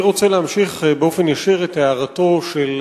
אני רוצה להמשיך באופן ישיר את הערתו של